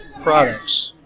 products